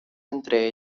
entre